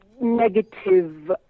negative